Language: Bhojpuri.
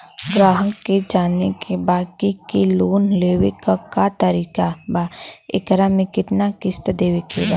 ग्राहक के जाने के बा की की लोन लेवे क का तरीका बा एकरा में कितना किस्त देवे के बा?